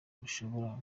bashobora